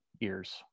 ears